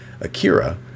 Akira